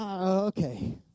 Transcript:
Okay